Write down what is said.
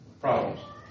problems